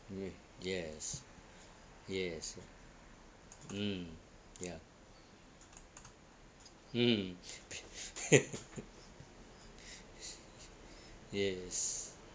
mm yes yes mm ya mm yes